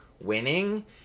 winning